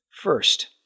First